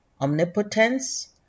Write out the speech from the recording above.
omnipotence